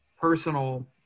personal